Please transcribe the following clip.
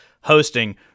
hosting